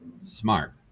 smart